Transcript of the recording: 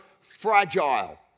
fragile